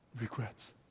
regrets